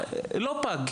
לא פג,